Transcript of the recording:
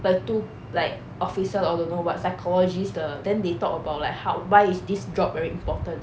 the two like officer or don't know what psychologists 的 then they talk about like how why is this job very important